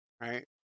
right